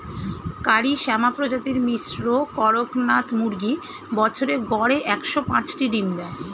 কারি শ্যামা প্রজাতির মিশ্র কড়কনাথ মুরগী বছরে গড়ে একশ পাঁচটি ডিম দেয়